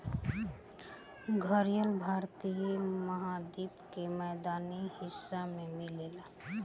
घड़ियाल भारतीय महाद्वीप के मैदानी हिस्सा में मिलेला